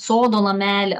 sodo namelį